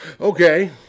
Okay